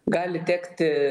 gali tekti